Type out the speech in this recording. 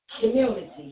community